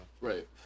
right